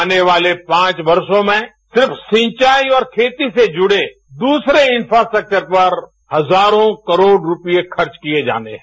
आने वाले पांच वर्षो में सिर्फ सिंचाई और खेती से जुड़े दूसरे इन्फ्रास्ट्रक्चर पर हजारों करोड़ रूपये खर्च किये जाने हैं